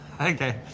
Okay